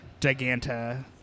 Giganta